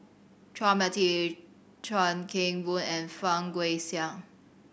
Chua Mia Tee Chuan Keng Boon and Fang Guixiang